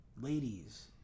ladies